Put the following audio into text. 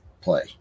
play